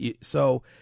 So-